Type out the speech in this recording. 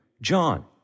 John